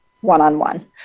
one-on-one